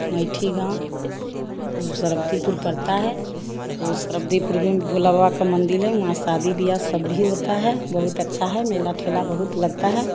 मेथी गाँव सरब्दिपुर पड़ता है और सरब्दिपुर में भोले बाबा का मंदिर है वहाँ शादी ब्याह सब भी होता है बहुत अच्छा होता है मेला ठेला बहुत लगता है